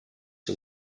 yıl